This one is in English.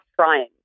trying